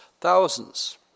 thousands